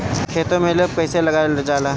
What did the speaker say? खेतो में लेप कईसे लगाई ल जाला?